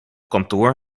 kantoor